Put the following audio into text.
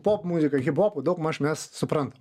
popmuzika hiphopu daugmaž mes suprantam